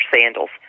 sandals